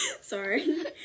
Sorry